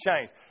change